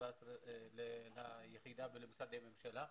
ו-2017 ליחידה ולמשרדי הממשלה.